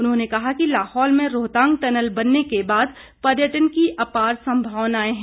उन्होंने कहा कि लाहौल में रोहतांग टनल बनने के बाद पर्यटन की अपार संभावनायें हैं